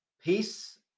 peace